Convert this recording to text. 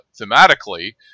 thematically